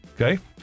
Okay